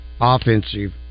offensive